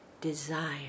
desire